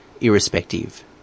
irrespective